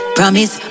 Promise